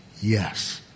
yes